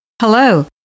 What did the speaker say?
Hello